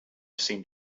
seemed